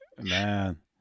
Man